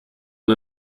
und